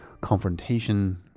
confrontation